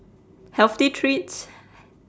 healthy treats